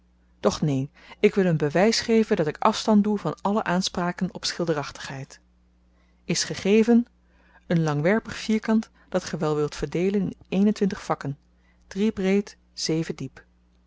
doch neen ik wil een bewys geven dat ik afstand doe van alle aanspraken op schilderachtigheid is gegeven een langwerpig vierkant dat ge wel wilt verdeelen in een-en-twintig vakken drie breed zeven diep